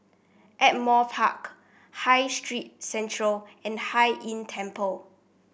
Ardmore Park High Street Centre and Hai Inn Temple